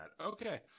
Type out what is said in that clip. Okay